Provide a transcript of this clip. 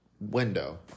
window